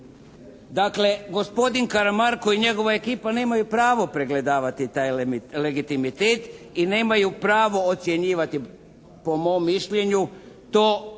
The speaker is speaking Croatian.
Dakle gospodin Karamarko i njegova ekipa nemaju pravo pregledavati taj legitimitet i nemaju pravo ocjenjivati po mom mišljenju to